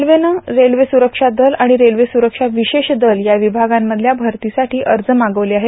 रेल्वेनं रेल्वे सुरक्षा दल आणि रेल्वे सुरक्षा विशेष दल या विभागांमधल्या भरतीसाठी अर्ज मागवले आहेत